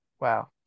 Wow